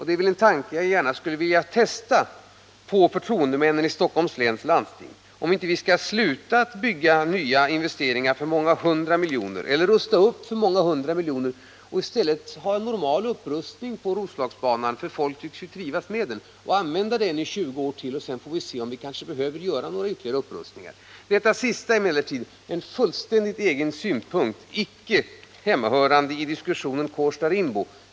Det är en tanke jag gärna skulle vilja testa på förtroendemännen i Stockholms läns landsting, om vi inte skall sluta att bygga nya investeringar för många hundra miljoner eller rusta upp för många hundra miljoner och i stället göra en normal upprustning av Roslagsbanan, för folk tycks ju trivas med den, och använda den i 20 år till. Sedan får vi se om vi kanske behöver göra några ytterligare upprustningar. Det sista är emellertid en fullständigt egen synpunkt, icke hemmahörande i diskussionen om sträckan Kårsta-Rimbo.